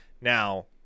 Now